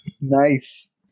Nice